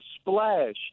splash